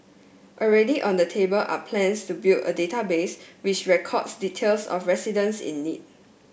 already on the table are plans to build a database which records details of residents in need